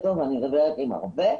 ואני מדברת עם הרבה,